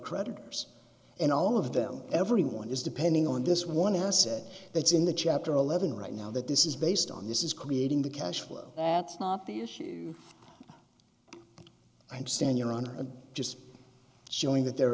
creditors and all of them every one is depending on this one asset that's in the chapter eleven right now that this is based on this is creating the cash flow that's not the issue i understand your honor i'm just showing that there